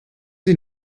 sie